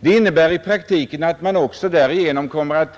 Det innebär i praktiken att man ger dessa flygplatser